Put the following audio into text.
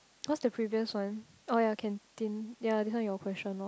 what's the previous one oh ya canteen ya this one your question lor